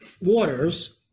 waters